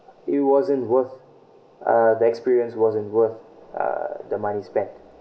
it wasn't worth uh the experience wasn't worth uh the money spent